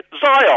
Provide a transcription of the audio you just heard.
Zion